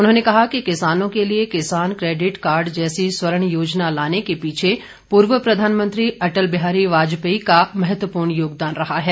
उन्होंने कहा कि किसानों के लिए किसान कैडिट कार्ड जैसी स्वर्ण योजना लाने के पीछे पूर्व प्रधानमंत्री अटल बिहारी वाजपेयी का महत्वपूर्ण योगदान रहा है